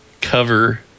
cover